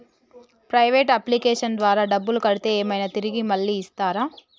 Private అప్లికేషన్ల ద్వారా డబ్బులు కడితే ఏమైనా తిరిగి మళ్ళీ ఇస్తరా?